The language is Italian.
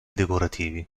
decorativi